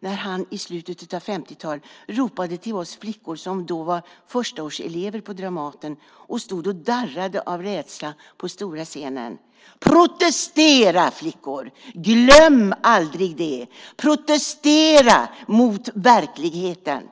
när han i slutet på 1950-talet ropade till oss flickor som då var förstaårselever på Dramaten och stod och darrade av rädsla på stora scenen: Protestera, flickor! Glöm aldrig det! Protestera mot verkligheten.